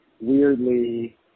weirdly